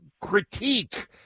critique